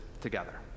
together